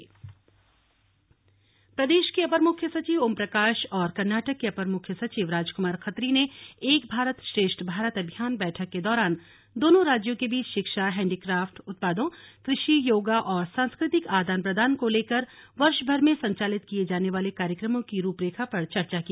बैठक देहरादून प्रदेश के अपर मुख्य सचिव ओम प्रकाश और कर्नाटक के अपर मुख्य सचिव राजकुमार खत्री ने एक भारत श्रेष्ठ भारत अभियान बैठक के दौरान दोनों राज्यों के बीच शिक्षा हैंडीक्राफ्ट उत्पादों कृषि योगा और सांस्कृ तिक आदान प्रदान को लेकर वर्ष भर में संचालित किये जाने वाले कार्यक्रमों की रूप रेखा पर चर्चा की